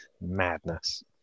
Madness